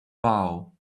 bow